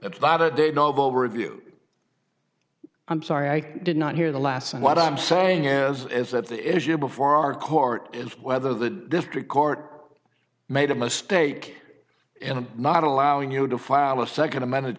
it's not a date novel review i'm sorry i did not hear the last and what i'm saying is is that the issue before our court is whether the district court made a mistake in not allowing you to file a second amended